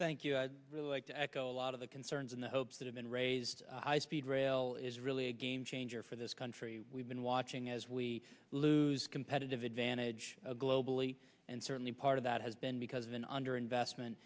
thank you i'd really like to echo a lot of the concerns and the hopes that have been raised high speed rail is really a game changer this country we've been watching as we lose competitive advantage globally and certainly part of that has been because of an under investment